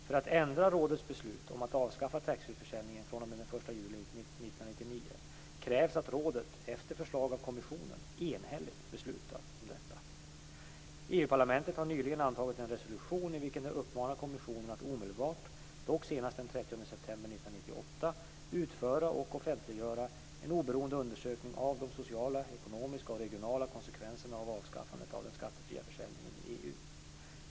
För att ändra rådets beslut om att avskaffa taxfreeförsäljningen fr.o.m. den 1 juli 1999 krävs att rådet, efter förslag av kommissionen, enhälligt beslutar om detta. EU-parlamentet har nyligen antagit en resolution i vilken det uppmanar kommissionen att omedelbart, dock senast den 30 september 1998, utföra och offentliggöra en oberoende undersökning av de sociala, ekonomiska och regionala konsekvenserna av avskaffandet av den skattefria försäljningen i EU.